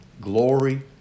glory